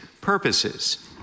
purposes